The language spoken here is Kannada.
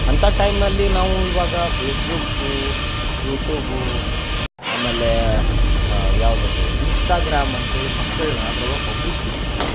ಅಂತ ಟೈಮ್ನಲ್ಲಿ ನಾವು ಇವಾಗ ಫೇಸ್ಬುಕ್ಕು ಯೂಟೂಬು ಆಮೇಲೆ ಯಾವ್ದು ಅದು ಇನ್ಸ್ಟಾಗ್ರಾಮ್ ಅಂತ್ಹೇಳಿ ಮಕ್ಕಳನ್ನ ಅದ್ರೊಳಗ ಹೋಗಿಸಿಬಿಟ್ಟಿದೇವೆ